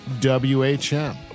WHM